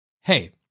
Hey